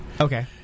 Okay